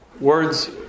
words